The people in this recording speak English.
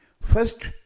first